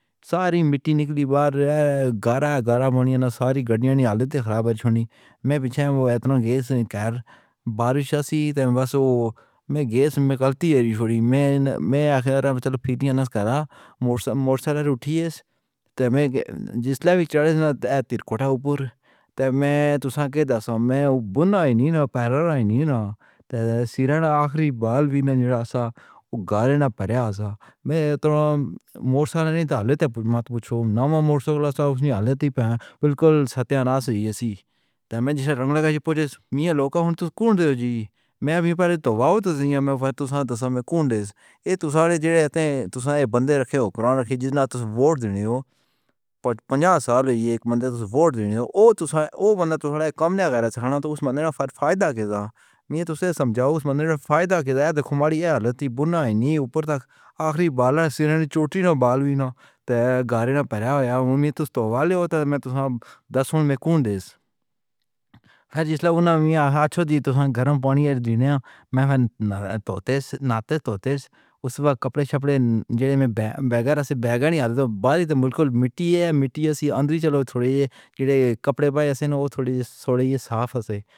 ساری مٹی نکلئی باہر۔ گہرا گہرا ہونے نے ساری گڈیاں دی حالت خراب ہو چھڈنی۔ میں پچھے گیس کر بارش سی تو بس وچ گیس نکلدی رہی میں۔ میں فیر مورچلی اٹھی اس تے وچ جس لئی چڑھے تیرتھ اتے تے تھسا دے دسویں وچ آئنی نا پیر آئنی نا تے سرا آخری بال وی نہ جاسو اُگاڑ نہ پیاسا میں تہانوں مورچہ لین والے تو پچھو نا میں مورچہ لوساں اس نئی حالت تے پے بالکل ستیاناش جیسی ٹائم رک لگجی پچھ میاں لوکا ہو تُج کنڈجی میں وی تو واوا تو تُجھے دسویں وچ کون دیسے۔ تھسا تے تھسا بندے رکھے گورو نے کہ جنہیں ووٹ نئیں پنجاب صاحب اک بندے ووٹ ڈینے او تھسا او بندہ تھشارے کملا کھانا تو اس بندے دا فائدہ کسا میں تُجھے سمجھا اس بندے فائدہ دے دیکھو میری حالت بنائی نئیں اتے تک آخری بار سرے چوٹی نہ بالوی نے تے گڈی نہ بھریا تو تہاڈا دس وچ کون دیس جس نے میاں کو تھسا گرم پانی دینے میں توتی نا توتی اس وچ کپڑے چپڑے جے میں بغیر بغیر تو بازی تے مکھل مٹی مٹی اندر چلو تھوڑے کپڑے تھوڑے صاف ہسن۔